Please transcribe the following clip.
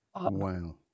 wow